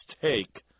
take